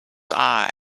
eye